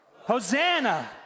Hosanna